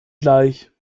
gleich